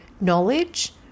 knowledge